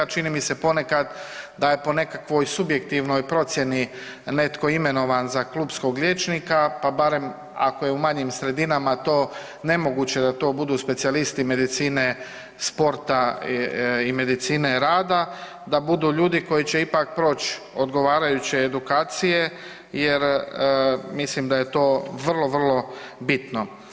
Čini mi se ponekad da je po nekoj subjektivnoj procjeni netko imenovan za klupskog liječnika, pa barem ako je u manjim sredinama to nemoguće da to budu specijalisti medicine, sporta i medicine rada, da budu ljudi koji će ipak proći odgovarajuće edukacije jer mislim da je to vrlo, vrlo bitno.